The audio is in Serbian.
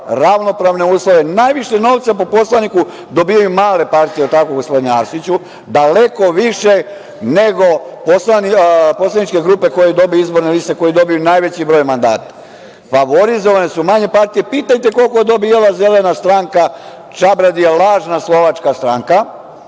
ravnopravne uslove. Najviše novca po poslaniku dobijaju male partije, jel tako gospodine Arsiću, daleko više nego poslaničke grupe, izborne liste koje dobiju najveći broj mandata. Favorizovane su manje partije. Pitajte koliko je dobijala Zelena stranka, Čabradija, lažna slovačka stranka,